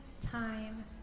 time